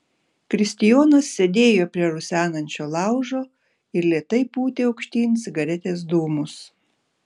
kristijonas sėdėjo prie rusenančio laužo ir lėtai pūtė aukštyn cigaretės dūmus